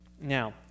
Now